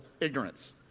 ignorance